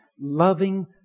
loving